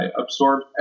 absorbed